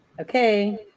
Okay